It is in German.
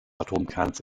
atomkerns